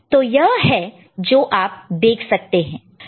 तो यह है जो आप देख सकते हैं